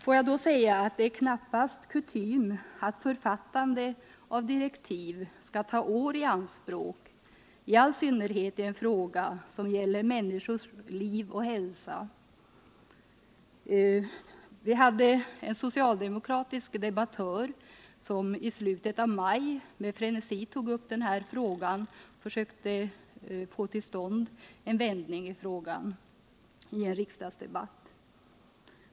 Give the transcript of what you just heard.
Får jag till detta säga att det knappast är kutym att författande av direktiv skall ta år i anspråk, i all synnerhet inte när det gäller en fråga som handlar om människors liv och hälsa. I en riksdagsdebatt i slutet av maj tog också en socialdemokratisk debattör upp den här frågan med frenesi och försökte få till stånd en vändning i den.